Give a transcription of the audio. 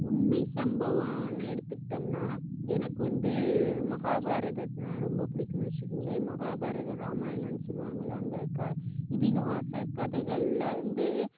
உண்மை சம்பவன்னு எடுத்துக்கிட்டம்னால் எனக்கு வந்து மகாபாரதத்னா ரொம்ப பிடிக்குன்னு வச்சிக்கோங்களேன் மகாபாரதம் ராமாயணன்னு சொல்லுவாங்களா அந்த க இதிகாச கதைகள்ல வந்து